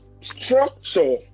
structure